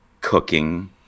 cooking